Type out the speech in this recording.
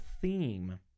theme